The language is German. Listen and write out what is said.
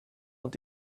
und